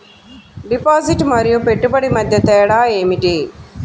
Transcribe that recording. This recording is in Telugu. డిపాజిట్ మరియు పెట్టుబడి మధ్య తేడా ఏమిటి?